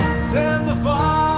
send the fire